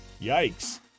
Yikes